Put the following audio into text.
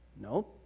no